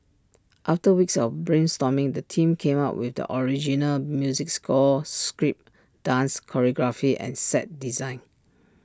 after weeks of brainstorming the team came up with the original music score script dance choreography and set design